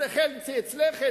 חצי אצלך,